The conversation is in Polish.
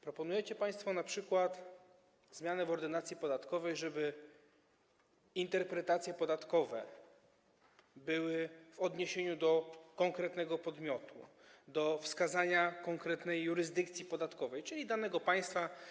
Proponujecie państwo np. zmianę w Ordynacji podatkowej, żeby interpretacje podatkowe odnosiły się do konkretnego podmiotu i do wskazania konkretnej jurysdykcji podatkowej, czyli danego państwa.